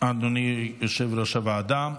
אדוני יושב-ראש הוועדה.